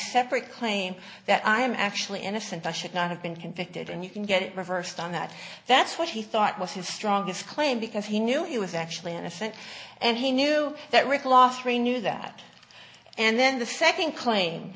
separate claim that i am actually innocent i should not have been convicted and you can get it reversed on that that's what he thought was his strongest claim because he knew he was actually innocent and he knew that rick law three knew that and then the second cla